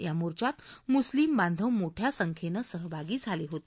या मोर्चात मुस्लिम बांधव मोठ्या संख्येनं सहभागी झाले होते